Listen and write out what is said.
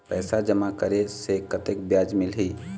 पैसा जमा करे से कतेक ब्याज मिलही?